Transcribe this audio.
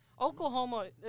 Oklahoma